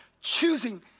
choosing